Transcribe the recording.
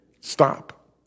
stop